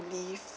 leave